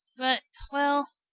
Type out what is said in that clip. but well,